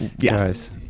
Guys